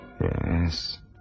Yes